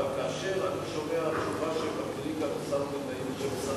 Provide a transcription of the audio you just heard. אבל כאשר אני מקבל תשובה של מנכ"לית במשרד